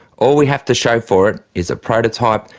all we have to show for it is a prototype,